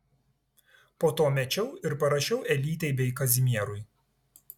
po to mečiau ir parašiau elytei bei kazimierui